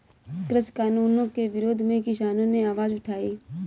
कृषि कानूनों के विरोध में किसानों ने आवाज उठाई